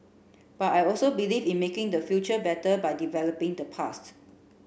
but I also believe in making the future better by developing the past